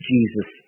Jesus